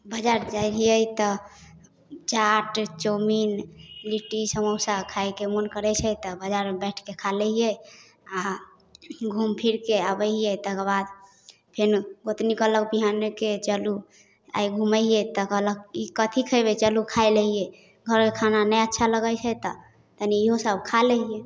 बजार जाइ हिए तऽ चाट चाउमीन लिट्टी समोसा खायके मोन करै छै तऽ बजारमे बैठके खा लै हियै आ घूम फिरके आबै हियै तेकर बाद फेर गोतनी कहलक बिहान होके की चलू आइ घूमे हिए तऽ कहलक ई कथी खेबै चलू खाय लै हियै घरके खाना नहि अच्छा लागै हइ तऽ तनी इहो सब खा लै हियै